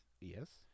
Yes